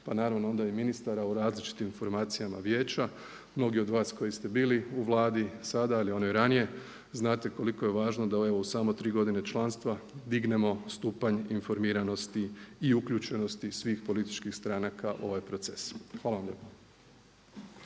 pa naravno onda i ministara u različitim formacijama Vijeća. Mnogi od vas koji ste bili u vladi sada ali i onoj ranije znate koliko je važno da evo u samo tri godine članstva dignemo stupanj informiranosti i uključenosti svih političkih stranaka u ovaj proces. Hvala vam lijepa.